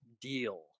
deal